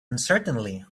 uncertainly